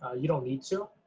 ah you don't need to,